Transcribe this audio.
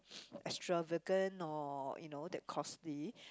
extravagant or you know that costly